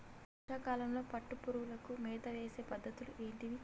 వర్షా కాలంలో పట్టు పురుగులకు మేత వేసే పద్ధతులు ఏంటివి?